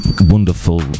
wonderful